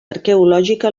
arqueològica